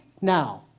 now